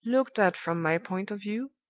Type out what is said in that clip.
looked at from my point of view,